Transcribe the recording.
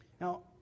Now